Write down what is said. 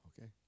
Okay